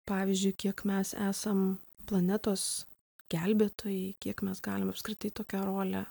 pavyzdžiui kiek mes esam planetos gelbėtojai kiek mes galim apskritai tokią rolę